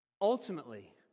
Ultimately